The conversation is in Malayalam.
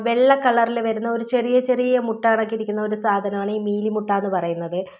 വെള്ള കളറിൽ വരുന്ന ഒരു ചെറിയ ചെറിയ മുട്ട കണക്കിന് ഇരിക്കുന്ന ഒരു സാധനമാണ് ഈ മീലിമുട്ട എന്ന് പറയുന്നത്